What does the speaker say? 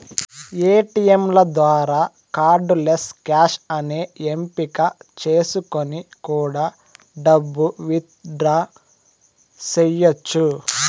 ఏటీయంల ద్వారా cardless cash అనే ఎంపిక చేసుకొని కూడా డబ్బు విత్ డ్రా చెయ్యచ్చు